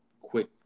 quick